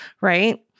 right